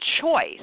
choice